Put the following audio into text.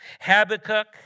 Habakkuk